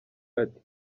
ati